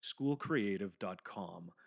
Schoolcreative.com